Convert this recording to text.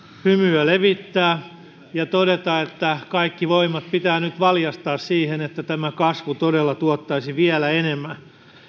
hymyä levittää ja todeta että kaikki voimat pitää nyt valjastaa siihen että tämä kasvu todella tuottaisi vielä enemmän